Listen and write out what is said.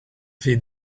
feed